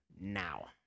Now